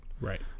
Right